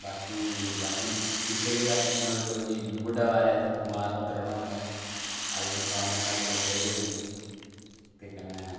बाकी बाकी हून फ्युचर बी अस मदद करी उड़नी बुड्डे बारै इत्थें बमार होंदे रौह्ना असें आयुशमान कार्ड ने साढ़ी मदद करी छुड़नी ते कन्नै